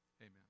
Amen